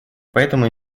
поэтому